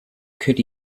could